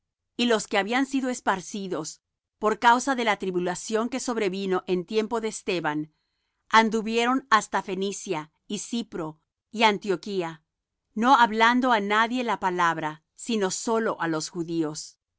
y los que habían sido esparcidos por causa de la tribulación que sobrevino en tiempo de esteban anduvieron hasta fenicia y cipro y antioquía no hablando á nadie la palabra sino sólo á los judíos